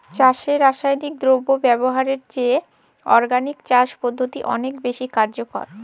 চাষে রাসায়নিক দ্রব্য ব্যবহারের চেয়ে অর্গানিক চাষ পদ্ধতি অনেক বেশি কার্যকর